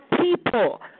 people